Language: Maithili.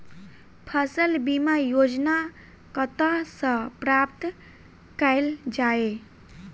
फसल बीमा योजना कतह सऽ प्राप्त कैल जाए?